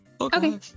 okay